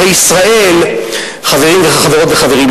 חברות וחברים,